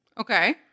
Okay